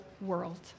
world